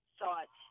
thought